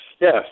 yes